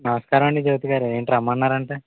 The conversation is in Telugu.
నమస్కారం అండి జ్యోతిగారు ఏంటి రమ్మన్నారంట